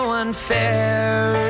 unfair